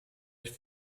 ich